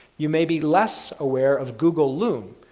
you may be less aware of google loom,